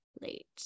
late